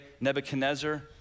Nebuchadnezzar